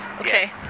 Okay